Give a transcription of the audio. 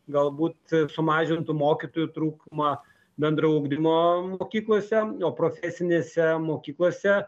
galbūt sumažintų mokytojų trūkumą bendro ugdymo mokyklose o profesinėse mokyklose